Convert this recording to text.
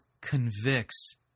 convicts